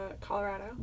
Colorado